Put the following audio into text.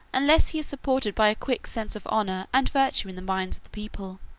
unless he is supported by a quick sense of honor and virtue in the minds of the people,